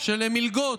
של מלגות